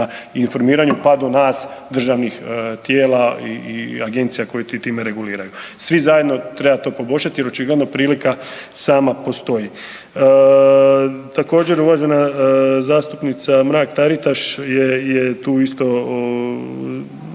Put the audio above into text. informiranju, pa do nas državnih tijela i agencija koje time reguliraju. Svi zajedno treba to poboljšat jer očigledno prilika sama postoji. Također uvažena zastupnica Mrak-Taritaš je tu isto